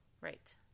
Right